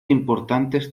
importantes